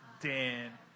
Dan